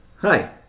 Hi